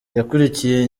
yakurikiye